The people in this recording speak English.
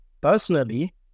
Personally